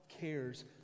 cares